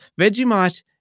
Vegemite